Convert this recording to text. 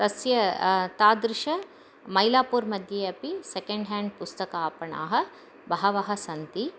तस्य तादृशाः मैलापुर्मध्ये अपि सेकेण्ड् हाण्ड् पुस्तकापणाः बहवः सन्ति